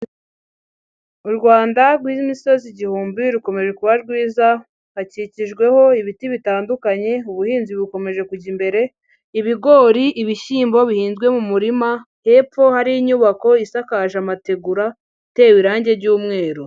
U Rwanda rw'imisozi igihumbi rukomeje kuba rwiza hakikijweho ibiti bitandukanye, ubuhinzi bukomeje kujya imbere, ibigori, ibishyimbo bihinzwe mu murima hepfo, hari inyubako isakaje amategura itewe irangi ry'umweru.